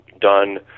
done